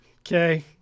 Okay